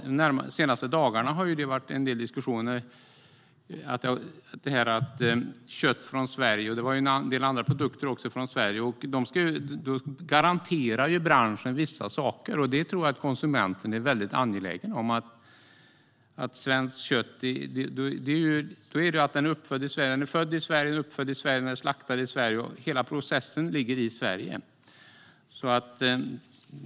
De senaste dagarna har det varit en del diskussioner om detta med kött från Sverige. Då garanterar branschen vissa saker, och det tror jag att konsumenten är väldigt angelägen om. Det handlar om att djuret är fött i Sverige, uppfött i Sverige och slaktat i Sverige, så att hela processen ligger i Sverige.